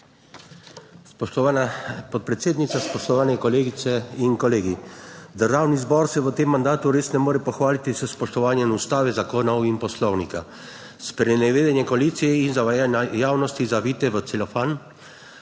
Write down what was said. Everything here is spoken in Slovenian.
Spoštovana podpredsednica, spoštovani kolegice in kolegi! Državni zbor se v tem mandatu res ne more pohvaliti s spoštovanjem ustave, zakonov in poslovnika. Sprenevedanje koalicije in zavajanje javnosti, zavite v celofan,